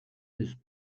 his